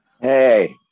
Hey